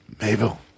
Mabel